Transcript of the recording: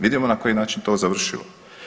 Vidimo na koji je način to završilo.